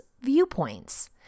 viewpoints